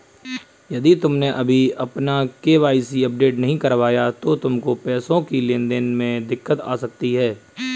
यदि तुमने अभी अपना के.वाई.सी अपडेट नहीं करवाया तो तुमको पैसों की लेन देन करने में दिक्कत आ सकती है